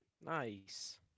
Nice